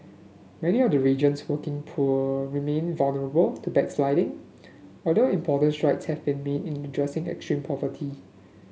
many of the region's working poor remain vulnerable to backsliding although important strides have been made in addressing extreme poverty